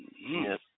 Yes